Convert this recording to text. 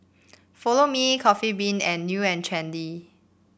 Follow Me Coffee Bean and New And Trendy